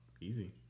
easy